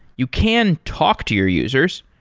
you can talk to your users.